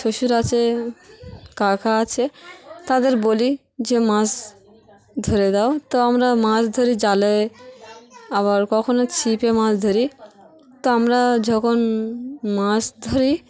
শ্বশুর আছে কাকা আছে তাদের বলি যে মাছ ধরে দাও তো আমরা মাছ ধরি জালে আবার কখনও ছিপে মাছ ধরি তো আমরা যখন মাছ ধরি